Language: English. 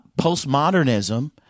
postmodernism